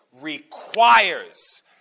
requires